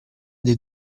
dei